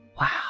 Wow